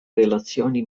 relazioni